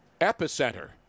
epicenter